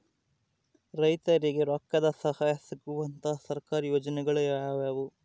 ರೈತರಿಗೆ ರೊಕ್ಕದ ಸಹಾಯ ಸಿಗುವಂತಹ ಸರ್ಕಾರಿ ಯೋಜನೆಗಳು ಯಾವುವು?